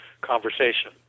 conversation